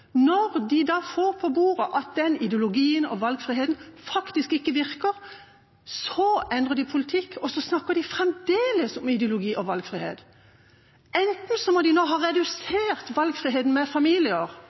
Når de da får på bordet at den ideologien og den valgfriheten faktisk ikke virker, endrer de politikk, men de snakker fremdeles om ideologi og valgfrihet. Enten må de nå ha